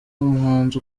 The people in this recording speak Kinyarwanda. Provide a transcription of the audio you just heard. umuhanzi